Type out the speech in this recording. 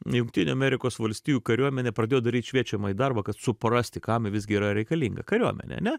jungtinių amerikos valstijų kariuomenė pradėjo daryt šviečiamąjį darbą kad suprasti kam visgi yra reikalinga kariuomenė ane